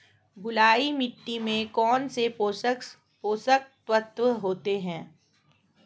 बलुई मिट्टी में कौनसे पोषक तत्व होते हैं?